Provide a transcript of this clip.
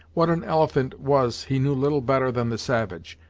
what an elephant was he knew little better than the savage,